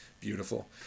Beautiful